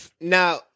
now